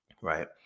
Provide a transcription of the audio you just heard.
right